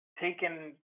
taken